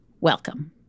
welcome